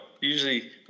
usually